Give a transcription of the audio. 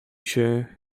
się